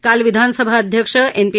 काल विधानसभा अध्यक्ष एन पी